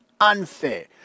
unfair